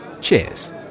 Cheers